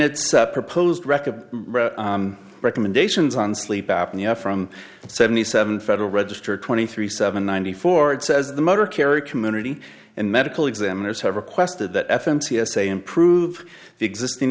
it's proposed record recommendations on sleep apnea from seventy seven federal register twenty three seven ninety four it says the motor kerry community and medical examiners have requested that f n c essay improve the existing